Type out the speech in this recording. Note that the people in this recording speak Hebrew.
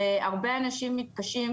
הרבה אנשים מתקשים,